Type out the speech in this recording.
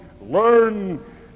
learn